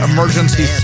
Emergency